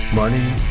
Money